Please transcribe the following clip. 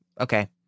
Okay